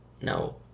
No